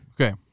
Okay